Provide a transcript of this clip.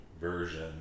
version